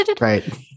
Right